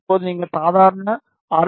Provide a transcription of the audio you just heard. இப்போது நீங்கள் சாதாரண ஆர்